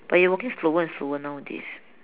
but you're walking slower and slower nowadays